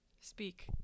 Speak